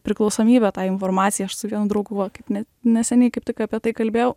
priklausomybe tai informacijai aš su vienu draugu va kaip ne neseniai kaip tik apie tai kalbėjau